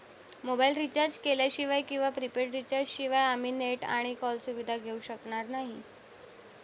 mobile recharge केल्याशिवाय किंवा prepaid recharge शिवाय आम्ही नेट आणि कॉल सुविधा घेऊ शकणार नाही